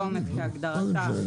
בפרסומת כהגדרתה בסעיף,